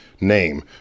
name